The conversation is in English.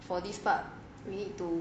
for this part we need to